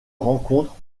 rencontre